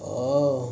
oh